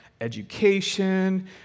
education